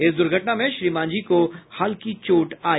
इस दुर्घटना में श्री मांझी को हल्की चोट भी आई